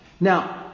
Now